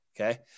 okay